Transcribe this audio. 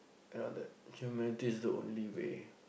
you know that humility is the only way